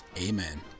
amen